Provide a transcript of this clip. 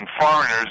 foreigners